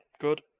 good